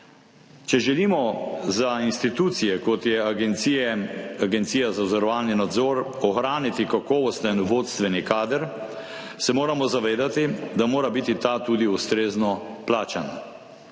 Če želimo za institucije, kot je Agencija za zavarovalni nadzor, ohraniti kakovosten vodstveni kader, se moramo zavedati, da mora biti ta tudi ustrezno plačan.